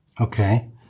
Okay